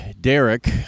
Derek